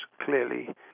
clearly